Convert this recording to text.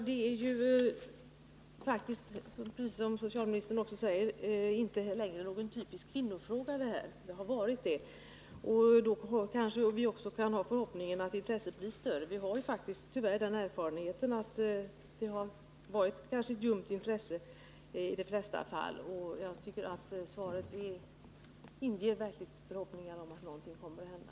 Herr talman! Som socialministern säger är det här inte längre någon typisk kvinnofråga — det har varit det. Då kanske vi kan ha förhoppningen att intresset blir större — vi har tyvärr den erfarenheten att intresset i de flesta fall varit ljumt. Men jag tycker att svaret inger förhoppningar om att någonting kommer att hända.